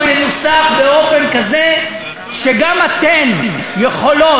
הוא ינוסח באופן כזה שגם אתן יכולות,